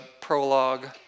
prologue